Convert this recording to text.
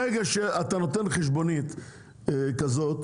ברגע שאתה נותן חשבונית כזאת,